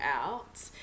out